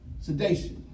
Sedation